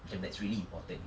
macam that's really important